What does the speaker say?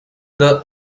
the